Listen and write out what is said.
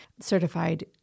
certified